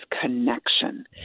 connection